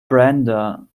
brenda